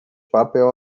papel